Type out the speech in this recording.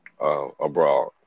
Abroad